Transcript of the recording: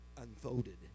unfolded